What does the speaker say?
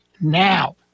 now